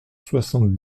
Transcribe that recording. soixante